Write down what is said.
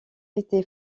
été